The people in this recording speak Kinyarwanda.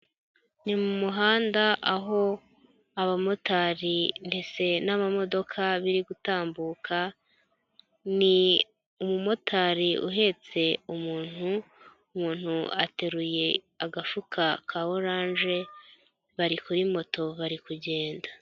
Ni mu muhanda aho abamotari ndetse n'amamodoka biri gutambuka, ni umumotari uhetse umuntu, umuntu ateruye agafuka ka oranje, bari kuri moto bari kugenda.